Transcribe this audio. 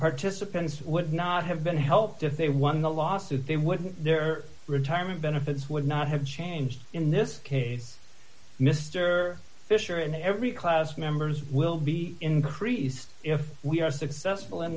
participants would not have been helped if they won the lawsuit they would their retirement benefits would not have changed in this case mr fisher in every class members will be increased if we are successful in